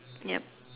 yup